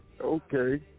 Okay